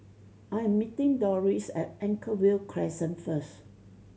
I am meeting Doris at Anchorvale Crescent first